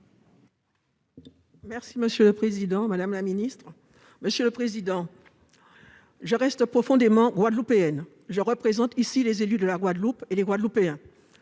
Monsieur le président, madame la ministre, mes chers collègues, je reste profondément guadeloupéenne et je représente ici les élus de la Guadeloupe et les Guadeloupéens.